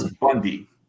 Bundy